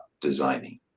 designing